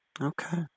Okay